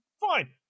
fine